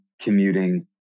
commuting